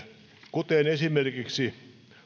kun esimerkiksi